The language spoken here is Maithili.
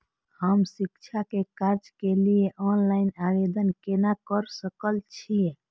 हम शिक्षा के कर्जा के लिय ऑनलाइन आवेदन केना कर सकल छियै?